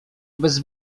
bez